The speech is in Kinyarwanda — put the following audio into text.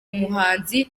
umuhanzi